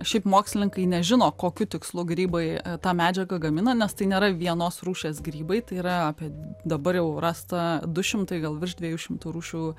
šiaip mokslininkai nežino kokiu tikslu grybai tą medžiagą gamina nes tai nėra vienos rūšies grybai tai yra apie dabar jau rasta du šimtai gal virš dviejų šimtų rūšių